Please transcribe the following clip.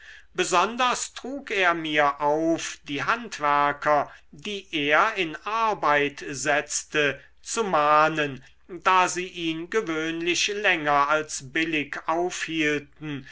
besonders trug er mir auf die handwerker die er in arbeit setzte zu mahnen da sie ihn gewöhnlich länger als billig aufhielten